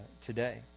today